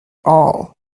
all